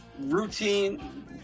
routine